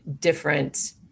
different